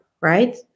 right